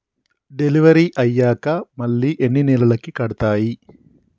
Delivery అయ్యాక మళ్ళీ ఎన్ని నెలలకి కడుతాయి?